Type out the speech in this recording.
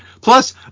Plus